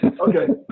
Okay